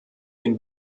dem